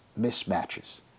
mismatches